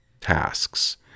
tasks